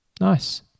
Nice